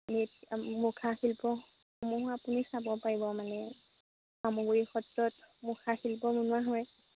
মৃৎ মুখাশিল্পসমূহো আপুনি চাব পাৰিব মানে চামগুৰি সত্ৰত মুখা শিল্প বনোৱা হয়